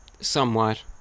somewhat